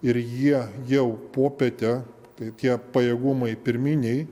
ir jie jau popietę tai tie pajėgumai pirminiai